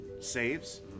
saves